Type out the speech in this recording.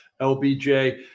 LBJ